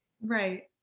Right